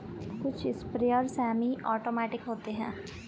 कुछ sprayer semi automatic होते हैं